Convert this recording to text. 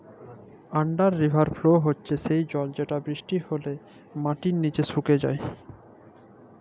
under river flow হচ্যে সেই জল যেটা বৃষ্টি হলে যেটা মাটির নিচে সুকে যায়